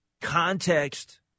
context